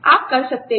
आप कर सकते हैं